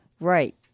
Right